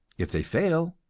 if they fail,